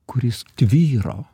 kuris tvyro